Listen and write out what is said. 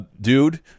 dude